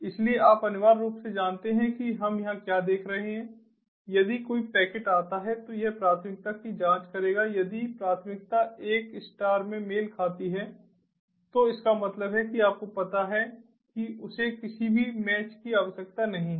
इसलिए आप अनिवार्य रूप से जानते हैं कि हम यहां क्या देख रहे हैं यदि कोई पैकेट आता है तो यह प्राथमिकता की जांच करेगा यदि प्राथमिकता एक स्टार में मेल खाती है तो इसका मतलब है कि आपको पता है कि उसे किसी भी मैच की आवश्यकता नहीं है